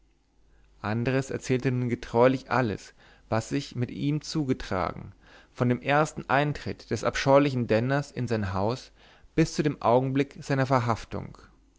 andres erzählte nun getreulich alles was sich mit ihm zugetragen von dem ersten eintritt des abscheulichen denners in sein haus bis zu dem augenblick seiner verhaftung